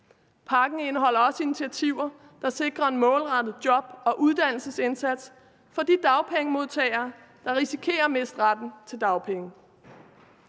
Pakken indeholder også initiativer, der sikrer en målrettet job- og uddannelsesindsats for de dagpengemodtagere, der risikerer at miste retten til dagpenge.